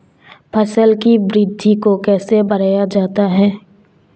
फसल की वृद्धि को कैसे बढ़ाया जाता हैं?